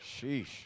Sheesh